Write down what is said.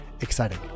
exciting